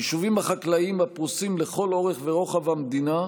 היישובים החקלאיים הפרוסים לכל אורך ורוחב המדינה,